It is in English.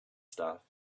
stuff